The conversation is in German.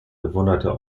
bewunderte